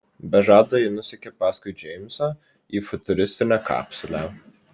be žado ji nusekė paskui džeimsą į futuristinę kapsulę